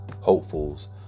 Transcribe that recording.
hopefuls